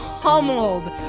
pummeled